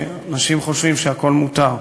שאנשים חושבים שהכול מותר.